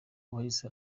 yahise